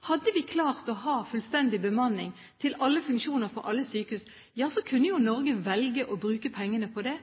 Hadde vi klart å ha fullstendig bemanning til alle funksjoner på alle sykehus, kunne jo Norge velge å bruke pengene på det.